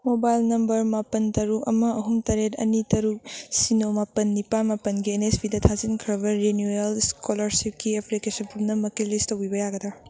mobile number ꯃꯥꯄꯜ ꯇꯔꯨꯛ ꯑꯃ ꯑꯍꯨꯝ ꯇꯔꯦꯠ ꯑꯅꯤ ꯇꯔꯨꯛ ꯁꯤꯅꯣ ꯃꯥꯄꯜ ꯅꯤꯄꯥꯜ ꯃꯥꯄꯜꯒꯤ ꯑꯦꯟ ꯑꯦꯁ ꯄꯤꯗ ꯊꯥꯖꯤꯟꯈ꯭ꯔꯕ ꯔꯤꯅꯨꯨꯋꯦꯜ ꯁ꯭ꯀꯣꯂꯥꯔꯁꯤꯞꯀꯤ ꯑꯦꯄ꯭ꯂꯤꯀꯦꯁꯟ ꯄꯨꯝꯅꯃꯛꯀꯤ ꯂꯤꯁ ꯇꯧꯕꯤꯕ ꯌꯥꯒꯗ꯭ꯔꯥ